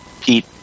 pete